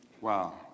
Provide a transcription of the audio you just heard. Wow